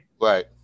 Right